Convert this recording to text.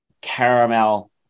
caramel